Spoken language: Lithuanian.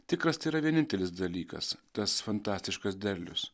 tikras tėra vienintelis dalykas tas fantastiškas derlius